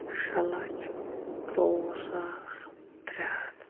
شیٚے لَچھ ترٛوٚوُہ ساس ترٛےٚ ہَتھ